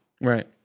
Right